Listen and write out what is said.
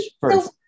First